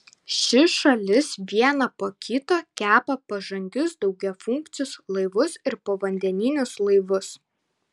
ši šalis vieną po kito kepa pažangius daugiafunkcius laivus ir povandeninius laivus